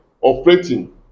operating